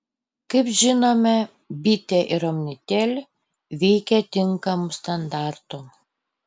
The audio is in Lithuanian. kaip žinome bitė ir omnitel veikia tinkamu standartu